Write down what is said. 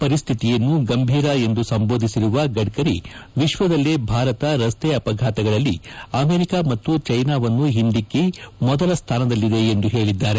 ಪರಿಸ್ಥಿತಿಯನ್ನು ಗಂಭೀರ ಎಂದು ಸಂಬೋಧಿಸಿರುವ ಗಡ್ನರಿ ವಿಶ್ವದಲ್ಲೇ ಭಾರತ ರಸ್ತೆ ಅಪಘಾತಗಳಲ್ಲಿ ಅಮೆರಿಕ ಮತ್ತು ಚೀನಾವನ್ನು ಹಿಂದಿಕ್ಕಿ ಮೊದಲ ಸ್ಥಾನದಲ್ಲಿದೆ ಎಂದು ಹೇಳಿದ್ದಾರೆ